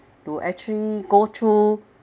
to actually go through